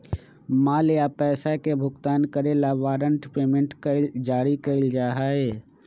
माल या पैसा के भुगतान करे ला वारंट पेमेंट जारी कइल जा हई